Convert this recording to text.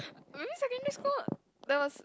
remember secondary school there was